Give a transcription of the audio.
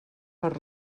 per